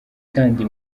kandi